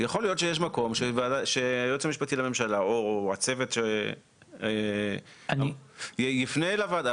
יכול להיות שיש מקום שהיועץ המשפטי לממשלה או הצוות יפנה לוועדה